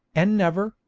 and never,